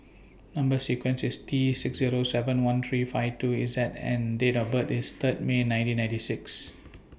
Number sequence IS T six Zero seven one three five two Z and Date of birth IS Third May nineteen ninety six